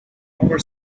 hooper